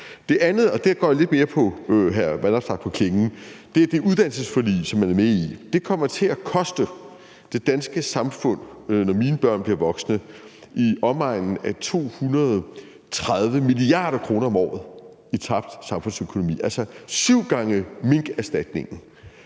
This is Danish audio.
Det andet, og der går jeg lidt mere hr. Alex Vanopslagh på klingen, er i forhold til det uddannelsesforlig, som man er med i. Det kommer til at koste det danske samfund, når mine børn bliver voksne, i omegnen af 230 mia. kr. om året i tabt samfundsøkonomi, altså syv gange minkerstatningen.